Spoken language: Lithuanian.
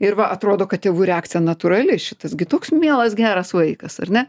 ir va atrodo kad tėvų reakcija natūrali šitas gi toks mielas geras vaikas ar ne